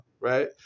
right